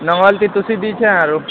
ନବାଲି କି ତୁସି ଦିଟା ଆରୁ